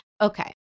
okay